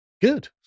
Good